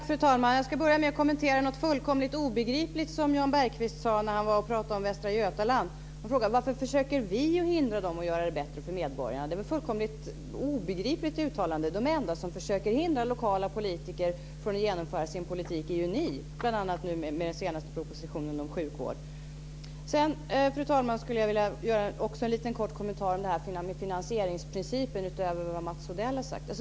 Fru talman! Jag ska börja med att kommentera något fullkomligt obegripligt som Jan Bergqvist sade när han pratade om Västra Götaland. Han frågade varför vi försöker hindra politikerna från att göra det bättre för medborgarna. Det är ett fullkomligt obegripligt uttalande. De enda som försöker hindra lokala politiker från att genomföra sin politik är ju ni, bl.a. Fru talman! Sedan skulle jag också vilja göra en liten kort kommentar om det här med finansieringsprincipen, utöver det som Mats Odell har sagt.